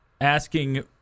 Asking